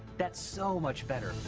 that's so much better.